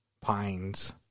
pines